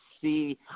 see